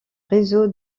réseau